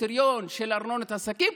הקריטריון של ארנונת עסקים,